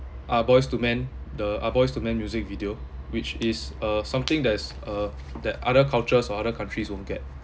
ah boys to men the ah boys to men music video which is uh something that's uh that other cultures or other countries won't get